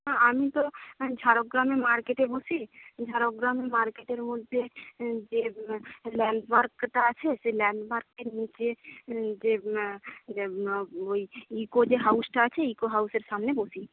আমি তো ঝাড়গ্রামে মার্কেটে বসি ঝাড়গ্রাম মার্কেটের মধ্যে যে ল্যান্ডমার্কটা আছে সেই ল্যান্ডমার্কের নীচে যে ওই ইকো যে হাউজটা আছে ইকো হাউজের সামনে বসি